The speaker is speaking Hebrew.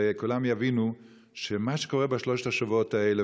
וכולם יבינו שמה שקורה בשלושת השבועות האלה,